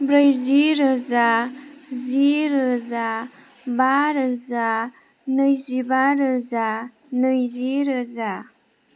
ब्रैजि रोजा जि रोजा बा रोजा नैजिबा रोजा नैजि रोजा